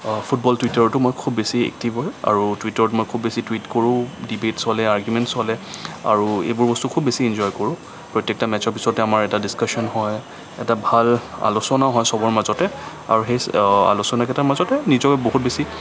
football টুইটাৰতো মই খুব বেছি এক্টিভ হয় আৰু টুইটাৰত মই খুব বেছি টুইট কৰোঁ ডিবেট চলে আৰগুমেন্ট চলে আৰু এইবোৰ বস্তু খুব বেছি এনজয় কৰোঁ প্ৰত্যেকটো মেটছৰ পিছতে আমাৰ এটা ডিছকাছন হয় এটা ভাল আলোচনাও হয় চবৰ মাজতে আৰু সেই আলোচনাকেইটাৰ মাজতে নিজৰ বহুত বেছি